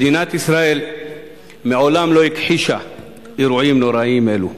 מדינת ישראל מעולם לא הכחישה אירועים נוראים אלו.